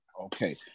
Okay